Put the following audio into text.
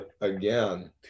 again